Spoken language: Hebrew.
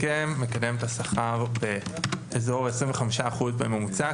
זה כן מקדם את השכר באזור ה-25 אחוז בממוצע,